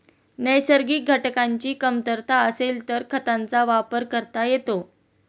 नैसर्गिक घटकांची कमतरता असेल तर खतांचा वापर करता येतो